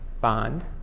bond